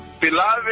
beloved